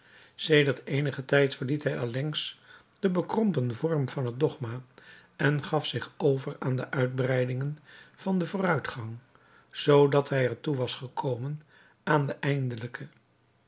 sedert eenigen tijd verliet hij allengs den bekrompen vorm van het dogma en gaf zich over aan de uitbreidingen van den vooruitgang zoodat hij er toe was gekomen aan de eindelijke